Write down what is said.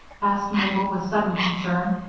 asked mabel, with sudden concern,